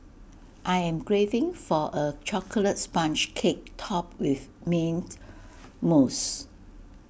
I am craving for A Chocolate Sponge Cake Topped with Mint Mousse